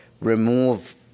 remove